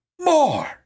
More